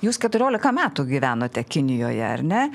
jūs keturiolika metų gyvenote kinijoje ar ne